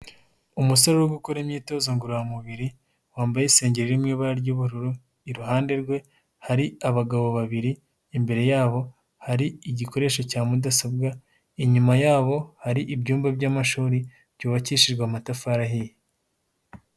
Umusore wo gukora imyitozo ngororamubiri wambaye isengeri irimo ibara ry'ubururu, iruhande rwe hari abagabo babiri imbere yabo hari igikoresho cya mudasobwa inyuma yabo hari ibyumba by'amashuri byubakishijwe amatafari ahiye.